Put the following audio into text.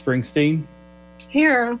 springsteen here